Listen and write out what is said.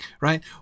right